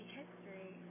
history